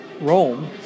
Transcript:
Rome